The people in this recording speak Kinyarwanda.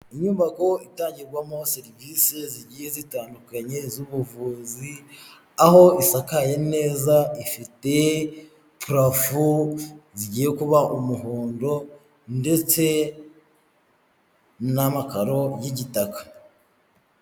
Inyubako itangirwamo serivisi zigiye zitandukanye z'ubuvuzi aho isakaye neza ifite purafo zigiye kuba umuhondo ndetse n'amakaro y'igitaka.